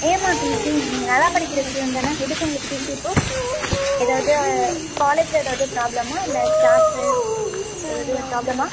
ஏம்மா டிசி நீங்கள் நல்லா படிக்கிற ஸ்டுடென்ட் தானே எதுக்கு உங்களுக்கு டிசி இப்போது ஏதாவது காலேஜில் ஏதாவது ப்ராபளமா இல்லை க்ளாஸ்ஸு ஏதாவது ப்ராபளமா